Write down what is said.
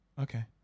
Okay